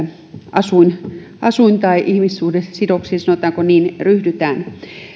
asuin asuin tai ihmissuhdesidoksiin sanotaanko niin ryhdytään